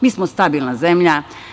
Mi smo stabilna zemlja.